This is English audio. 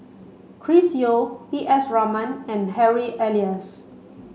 Chris Yeo P S Raman and Harry Elias